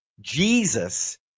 Jesus